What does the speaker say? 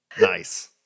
nice